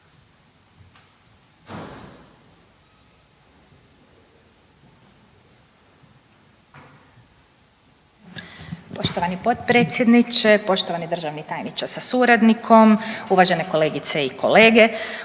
Poštovani potpredsjedniče, poštovani državni tajniče sa suradnikom, uvažene kolegice i kolege.